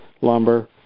lumber